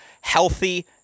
Healthy